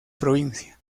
provincia